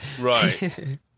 Right